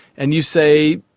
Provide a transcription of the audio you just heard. and you say,